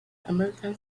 american